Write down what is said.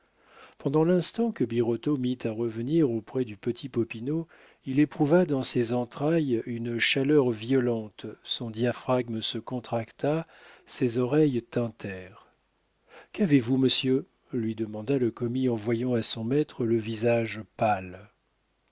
pendant l'instant que birotteau mit à revenir auprès du petit popinot il éprouva dans ses entrailles une chaleur violente son diaphragme se contracta ses oreilles tintèrent qu'avez-vous monsieur lui demanda le commis en voyant à son maître le visage pâle